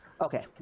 okay